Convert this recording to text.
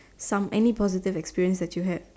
some any positive experience that you had